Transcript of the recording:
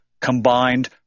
combined